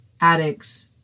addicts